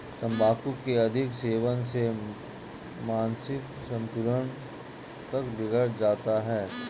तंबाकू के अधिक सेवन से मानसिक संतुलन तक बिगड़ जाता है